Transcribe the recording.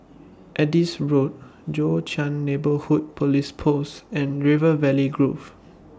Adis Road Joo Chiat Neighbourhood Police Post and River Valley Grove